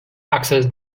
access